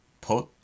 put